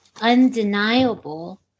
undeniable